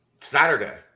Saturday